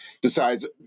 decides